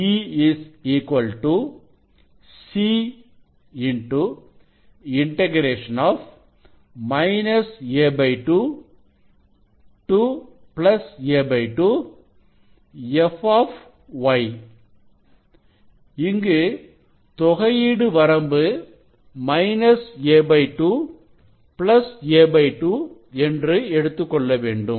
E C a2 ʃ a2 f இங்கு தொகையீடு வரம்பு மைனஸ் a2 பிளஸ் a2 என்று எடுத்துக் கொள்ள வேண்டும்